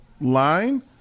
line